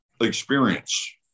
experience